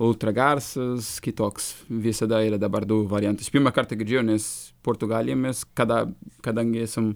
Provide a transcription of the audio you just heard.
ultragarsas kitoks visada yra dabar du variantus pirmą kartą girdžiu nes portugalėmis kada kadangi esam